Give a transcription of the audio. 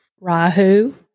Rahu